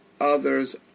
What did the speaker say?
others